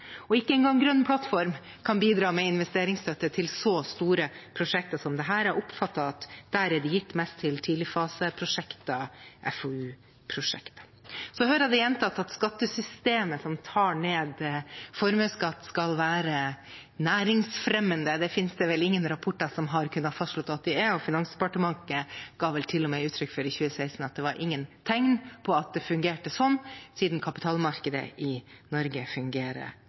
Ikke engang Grønn plattform kan bidra med investeringsstøtte til så store prosjekter. Jeg oppfatter at der er det gitt mest til tidligfaseprosjekter, FoU-prosjekter. Så hører jeg det gjentatt at skattesystemet som tar ned formuesskatten, skal være næringsfremmende. Det finnes det vel ingen rapporter som har kunnet fastslå at det er, og Finansdepartementet ga vel til og med uttrykk for, i 2016, at det ikke var noen tegn på at det fungerte sånn, siden kapitalmarkedet i Norge fungerer